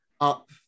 up